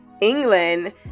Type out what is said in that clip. england